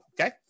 Okay